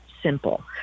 Simple